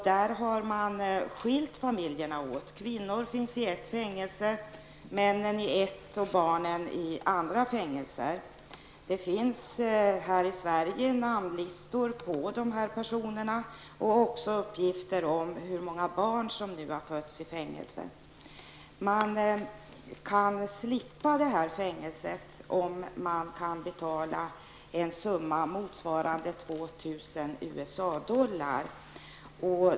Där har man skilt familjerna åt. Kvinnorna finns i ett fängelse, männen i ett och barnen i andra fängelser. Det finns i Sverige namnlistor på dessa personer och också uppgifter på hur många barn som har fötts i fängelse. Det går att slippa fängelse om man kan betala en summa motsvarande 2 000 USA-dollar.